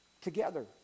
together